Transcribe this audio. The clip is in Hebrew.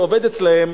שעובד אצלם,